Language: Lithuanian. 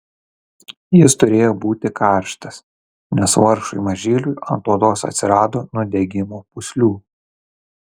jis turėjo būti karštas nes vargšui mažyliui ant odos atsirado nudegimo pūslių